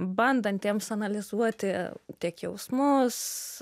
bandantiems analizuoti tiek jausmus